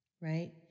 right